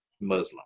Muslim